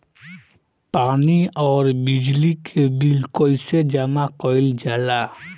पानी और बिजली के बिल कइसे जमा कइल जाला?